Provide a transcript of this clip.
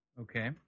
Okay